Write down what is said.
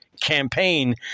campaign